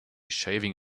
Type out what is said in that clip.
shaving